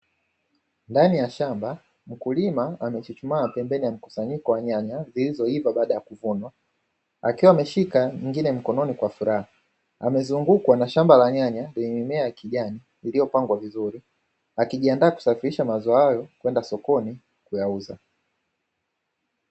Ndani ya shamba mkulima amesimama pembeni ya mkusanyiko wa nyanya zilizoiva baada ya kuvunwa, akiwa ameshika nyingine mkononi kwa furaha amezungukwa na shamba la nyanya limeenea kijani, iliyopangwa vizuri akijiandaa kusafirisha mazao hayo kwenda sokoni kuyauza.